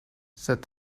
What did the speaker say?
said